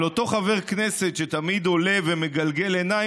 אבל אותו חבר כנסת שתמיד עולה ומגלגל עיניים,